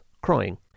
crying